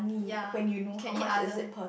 ya you can eat other